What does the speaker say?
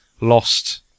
lost